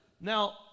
now